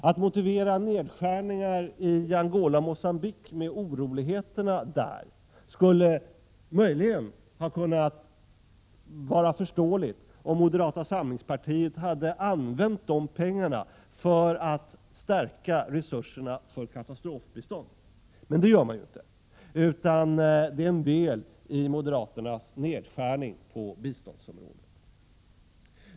Att motivera nedskärningar när det gäller Angola och Mogambique med tanke på de oroligheter som finns där skulle möjligen vara förståeligt om moderata samlingspartiet hade föreslagit att de pengarna skulle användas för att stärka resurserna för katastrofbistånd. Men det har man ju inte gjort, utan det utgör en del av moderaternas nedskärning på biståndsområdet.